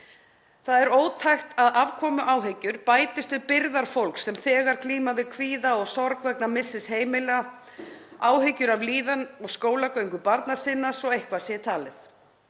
Það er ótækt að afkomuáhyggjur bætist við byrðar fólks sem þegar glímir við kvíða og sorg vegna missis heimila og áhyggjur af líðan og skólagöngu barna sinna svo að eitthvað sé talið.